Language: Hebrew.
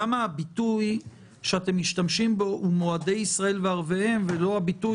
למה הביטוי שאתם משתמשים בו הוא "מועדי ישראל וערביהם" ולא הביטוי